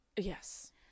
yes